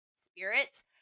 spirits